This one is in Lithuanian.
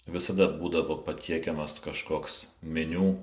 visada būdavo patiekiamas kažkoks meniu